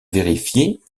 vérifié